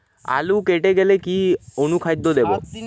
আলু ফেটে গেলে কি অনুখাদ্য দেবো?